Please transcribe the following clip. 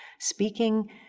speaking,